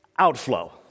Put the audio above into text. outflow